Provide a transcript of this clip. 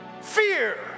Fear